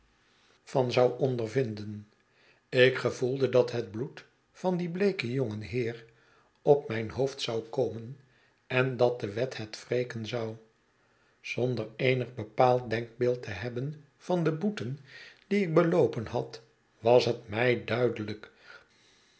van zou ondervinden ik gevoelde dat het bloed van dien bleeken jongen heer op mijn hoofd zou komen en dat de wet het wreken zou zonder eenig bepaald denkbeeld te hebben van de boeten die ik beloopen had was het mij duidelijk